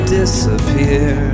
disappear